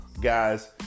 guys